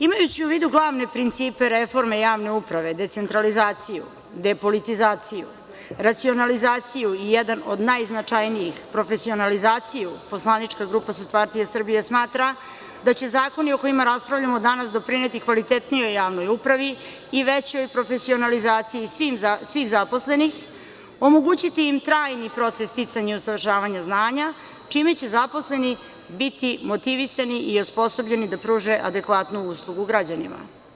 Imajući u vidu glavne principe reforme javne uprave decentralizaciju, depolitizaciju, razcionalizaciju, i jedan od najznačajnijih, profesionalizaciju, poslanička grupa SPS smatra da će zakoni o kojima raspravljamo danas doprineti kvalitetnijoj javnoj upravi i većoj profesionalizaciji svih zaposlenih, omogućiti im trajni proces sticanja usavršavanja znanja, čime će zaposleni biti motivisani i osposobljeni da pruže adekvatnu uslugu građanima.